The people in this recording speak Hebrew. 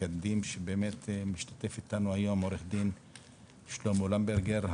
משתתף אתנו היום שלומי למברגר,